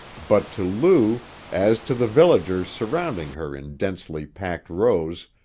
but to lou, as to the villagers surrounding her in densely packed rows,